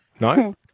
No